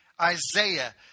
Isaiah